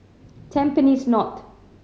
Tampines North